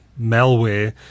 malware